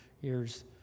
years